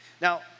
Now